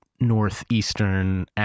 northeastern